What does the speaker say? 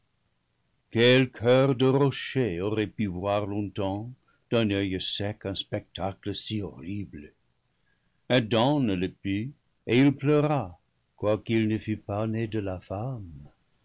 quel coeur de rocher aurait pu voir longtemps d'un oeil sec un spectacle si horrible adam ne le put et il pleura quoiqu'il ne fût pas né de la femme